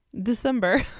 December